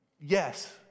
Yes